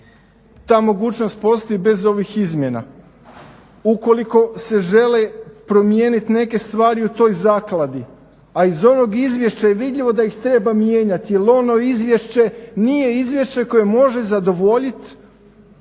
ta mogućnost postoji bez ovih izmjena. Ukoliko se žele promijeniti neke stvari u toj Zakladi, a iz onog izvješća je vidljivo da ih treba mijenjati jer ono izvješće nije izvješće koje može zadovoljiti,